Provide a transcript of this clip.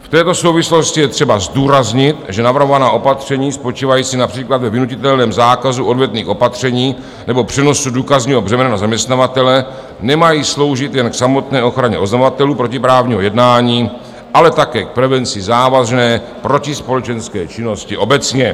V této souvislosti je třeba zdůraznit, že navrhovaná opatření, spočívající například ve vynutitelném zákazu odvetných opatření nebo přenosu důkazního břemena na zaměstnavatele, nemají sloužit jen k samotné ochraně oznamovatelů protiprávního jednání, ale také k prevenci závažné protispolečenské činnosti obecně.